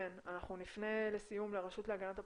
נפנה לרשות להגנת הפרטיות.